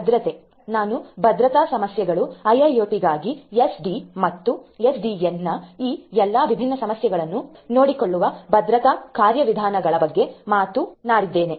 ಭದ್ರತೆ ನಾನು ಭದ್ರತಾ ಸಮಸ್ಯೆಗಳು ಐಐಒಟಿಗಾಗಿ ಎಸ್ಡಿಎನ್ ಮತ್ತು ಎಸ್ಡಿಎನ್ನ ಈ ಎಲ್ಲಾ ವಿಭಿನ್ನ ಸಮಸ್ಯೆಗಳನ್ನು ನೋಡಿಕೊಳ್ಳುವ ಭದ್ರತಾ ಕಾರ್ಯವಿಧಾನಗಳ ಬಗ್ಗೆ ಮತ್ತೆ ಮತ್ತೆ ಮಾತನಾಡಿದ್ದೇನೆ